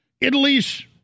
Italy's